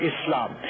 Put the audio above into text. Islam